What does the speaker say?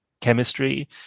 chemistry